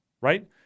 right